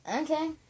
okay